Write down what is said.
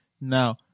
Now